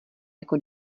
jako